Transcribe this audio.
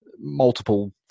multiple